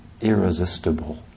irresistible